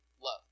love